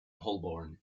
holborn